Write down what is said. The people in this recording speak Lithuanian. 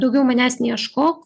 daugiau manęs neieškok